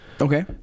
okay